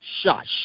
Shush